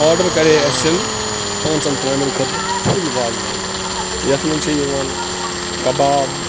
order کَرے اَسٮ۪ن پانٛژَن ترٛامٮ۪ن خٲطرٕ فُل وازٕوان یَتھ منٛز چھِ یِوان کَباب